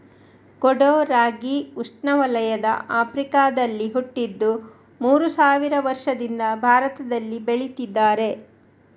ಕೊಡೋ ರಾಗಿ ಉಷ್ಣವಲಯದ ಆಫ್ರಿಕಾದಲ್ಲಿ ಹುಟ್ಟಿದ್ದು ಮೂರು ಸಾವಿರ ವರ್ಷದಿಂದ ಭಾರತದಲ್ಲಿ ಬೆಳೀತಿದ್ದಾರೆ